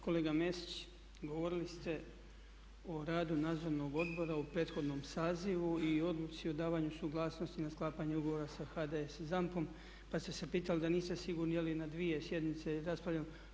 Kolega Mesić, govorili ste o radu Nadzornog odbora u prethodnom sazivu i odluci o davanju suglasnosti na sklapanje ugovora sa ZAMP-om pa ste se pitali da niste sigurni je li na dvije sjednice raspravljano.